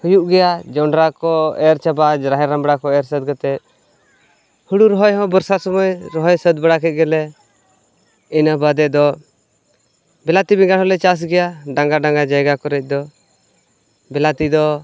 ᱦᱩᱭᱩᱜ ᱜᱮᱭᱟ ᱡᱚᱱᱰᱨᱟ ᱠᱚ ᱮᱨ ᱪᱟᱵᱟ ᱨᱟᱦᱮᱲ ᱨᱟᱢᱲᱟᱠᱚ ᱮᱨ ᱥᱟᱹᱛ ᱠᱟᱛᱮᱫ ᱦᱩᱲᱩ ᱨᱚᱦᱚᱭ ᱦᱚᱸ ᱵᱚᱨᱥᱟ ᱥᱚᱢᱚᱭ ᱨᱚᱦᱚᱭ ᱥᱟᱹᱛ ᱵᱟᱲᱟ ᱠᱮᱫᱜᱮ ᱞᱮ ᱤᱱᱟᱹ ᱵᱟᱫᱮᱫᱚ ᱵᱤᱞᱟᱹᱛᱤ ᱵᱮᱸᱜᱟᱲ ᱦᱚᱸᱞᱮ ᱪᱟᱥ ᱜᱮᱭᱟ ᱰᱟᱸᱜᱟ ᱰᱟᱸᱜᱟ ᱡᱟᱭᱜᱟ ᱠᱚᱨᱮᱫᱚ ᱵᱤᱞᱟᱹᱛᱤ ᱫᱚ